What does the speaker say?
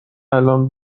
الان